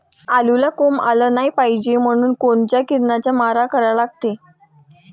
आलूले कोंब आलं नाई पायजे म्हनून कोनच्या किरनाचा मारा करा लागते?